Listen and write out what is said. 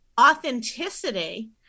authenticity